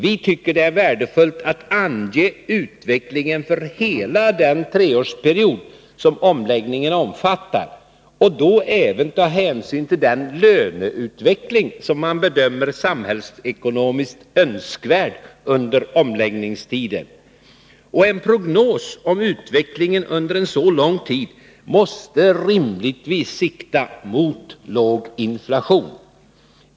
Vi tycker det är värdefullt att ange utvecklingen för hela den treårsperiod som omläggningen omfattar och då även ta hänsyn till den löneutveckling som man bedömer samhällsekonomiskt önskvärd under omläggningstiden. En prognos om utvecklingen under en så lång tid måste rimligtvis sikta mot låg inflation.